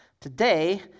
Today